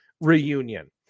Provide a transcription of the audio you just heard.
reunion